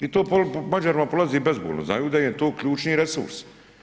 I to Mađarima prolazi bezbolno, znaju da im je to ključni resurs.